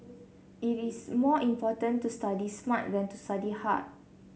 it is more important to study smart than to study hard